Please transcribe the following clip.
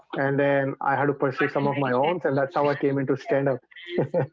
and then i had to pursue like some of my owns and that's how i came in to stand up